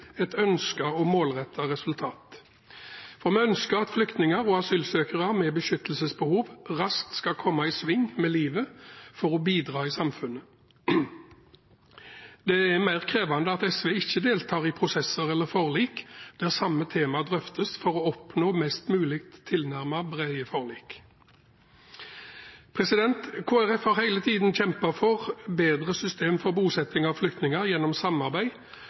et ønsket og målrettet resultat. Vi ønsker at flyktninger og asylsøkere med beskyttelsesbehov raskt skal komme i sving med livet for å bidra i samfunnet. Det er mer krevende at SV ikke deltar i prosesser eller forlik der samme tema drøftes for å oppnå mest mulig brede forlik. Kristelig Folkeparti har hele tiden kjempet for et bedre system for bosetting av flyktninger gjennom samarbeid